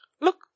Look